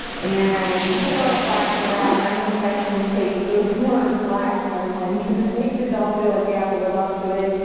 and you take a lot of flack for that. i know perfectionists take the worst flack from everyone cause we just all feel like we have to live up to it.